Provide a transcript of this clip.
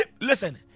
listen